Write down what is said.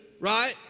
right